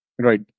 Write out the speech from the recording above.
Right